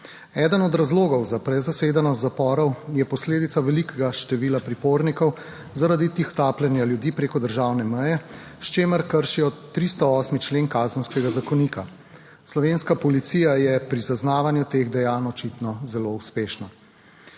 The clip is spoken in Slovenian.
Eden od razlogov za prezasedenost zaporov je posledica velikega števila pripornikov, zaradi tihotapljenja ljudi preko državne meje, s čimer 6. TRAK: (VP) 17.25 (nadaljevanje) kršijo 308. člen Kazenskega zakonika - slovenska policija je pri zaznavanju teh dejanj očitno zelo uspešna.